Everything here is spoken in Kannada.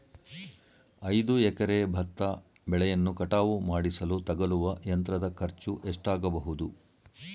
ಐದು ಎಕರೆ ಭತ್ತ ಬೆಳೆಯನ್ನು ಕಟಾವು ಮಾಡಿಸಲು ತಗಲುವ ಯಂತ್ರದ ಖರ್ಚು ಎಷ್ಟಾಗಬಹುದು?